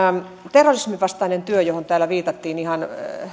terrorisminvastainen työ johon täällä viitattiin ihan